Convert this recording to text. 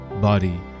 body